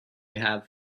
have